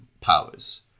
powers